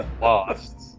Lost